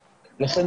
ולכן,